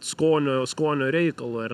skonio skonio reikalu ar